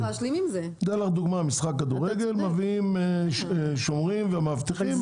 מביאים שומרים ומאבטחים,